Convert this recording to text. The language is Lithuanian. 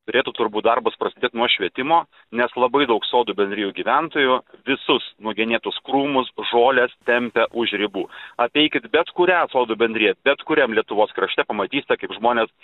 turėtų turbūt darbas prasidėt nuo švietimo nes labai daug sodų bendrijų gyventojų visus nugenėtus krūmus žoles tempia už ribų apeikit bet kurią sodų bendriją bet kuriam lietuvos krašte pamatysite kaip žmonės